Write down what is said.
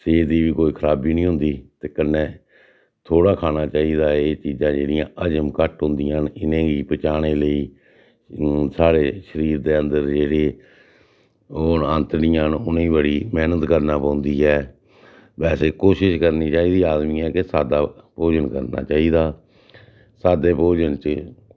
सेह्त दी बी कोई खराबी नी होंदी ते कन्नै थोह्ड़ा खाना चाहिदा एह् चीज़ां जेह्ड़ियां हजम घट्ट होंदियां न इनेंगी पचाने लेई साढ़े शरीर दे अंदर जेह्ड़े ओह् न आंतड़ियां न उनेंगी बड़ी मैह्नत करना पौंदी ऐ वैसे कोशिश करनी चाहिदी आदमियै के सादा भोजन करना चाहिदा सादे भोजन च